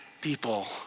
people